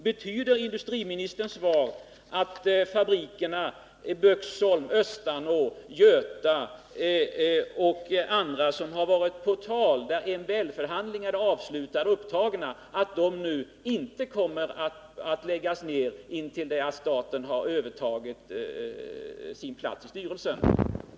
Betyder således industriministerns svar att fabrikerna Böksholm, Östanå, Göta och andra, som har varit på tal och där MBL-förhandlingar är upptagna, inte kommer att läggas ned innan staten har intagit sin plats i styrelsen?